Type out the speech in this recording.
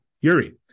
Yuri